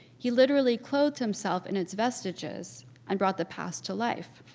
he literally clothed himself in its vestiges and brought the past to life.